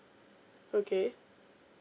okay